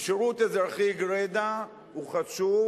כי שירות אזרחי גרידא הוא חשוב,